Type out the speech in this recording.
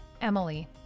Emily